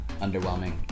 underwhelming